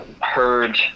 heard